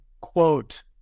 quote